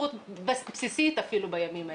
זכות בסיסית אפילו בימים האלה.